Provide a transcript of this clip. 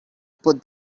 put